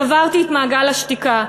שברתי את מעגל השתיקה,